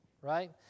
right